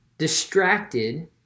distracted